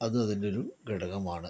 അത് അതിൻ്റെ ഒരു ഘടകമാണ്